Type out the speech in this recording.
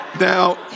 Now